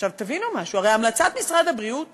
עכשיו, תבינו משהו, הרי המלצת משרד הבריאות